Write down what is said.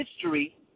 history